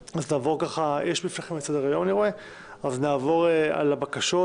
יש בפניכם את סדר היום, אז נעבור על הבקשות,